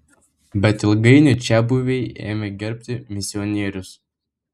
bet ilgainiui čiabuviai ėmė gerbti misionierius